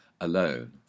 alone